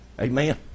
Amen